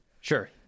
Sure